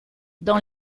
dans